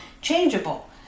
changeable